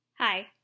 Hi